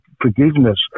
forgiveness